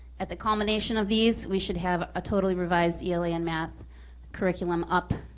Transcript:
at the culmination of these, we should have a totally revised ela and math curriculum up